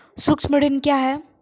सुक्ष्म ऋण क्या हैं?